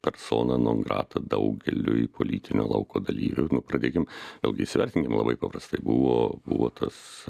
persona non grata daugeliui politinio lauko dalyvių nu pradėkim vėlgi įsivertinkim labai paprastai buvo buvo tas